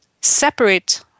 separate